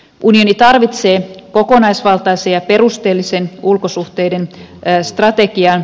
unioni tarvitsee kokonaisvaltaisen ja perusteellisen ulkosuhteiden strategian